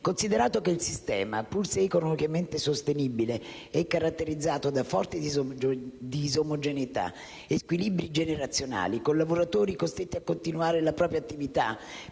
Considerato che il sistema, pur se economicamente sostenibile e caratterizzato da forti disomogeneità e squilibri generazionali, con lavoratori costretti a continuare la propria attività